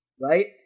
right